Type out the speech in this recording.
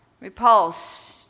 repulse